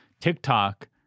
TikTok